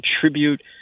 contribute